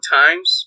times